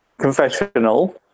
confessional